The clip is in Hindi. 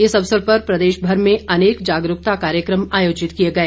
इस अवसर पर प्रदेश भर में अनेक जागरूकता कार्यक्रम आयोजित किए गए